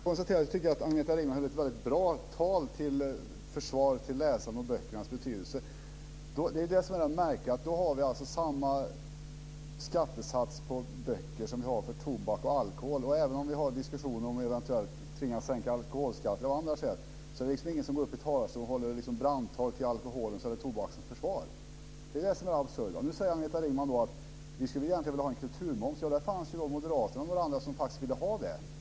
Fru talman! Jag konstaterar att jag tycker att Agneta Ringman höll ett bra tal till försvar av läsandets och böckernas betydelse. Men det är det som är det märkliga! Vi har samma skattesats på böcker som på tobak och alkohol. Även om vi för diskussioner om att eventuellt tvingas sänka alkoholskatten av andra skäl så är det ingen som går upp i talarstolen och håller brandtal till alkoholens eller tobakens försvar. Det är det som är det absurda. Nu säger Agneta Ringman: Vi skulle egentligen vilja ha en kulturmoms. Det fanns också moderater och några andra som faktiskt ville ha det.